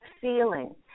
feeling